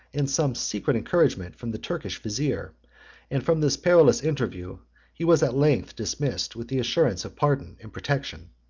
and some secret encouragement from the turkish vizier and from this perilous interview he was at length dismissed with the assurance of pardon and protection.